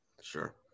Sure